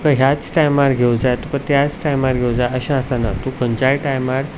तुका ह्याच टायमार घेवूंक जाय तुका त्याच टायमार घेवूंक जाय अशें आसना तूं खंयच्याय टायमार